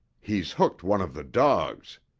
he's hooked one of the dogs.